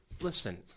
Listen